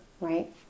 Right